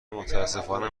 متأسفانه